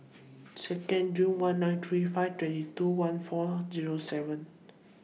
Second June one nine three five twenty two one four Zero seven